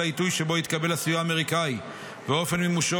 העיתוי שבו התקבל הסיוע האמריקאי ואופן מימושו,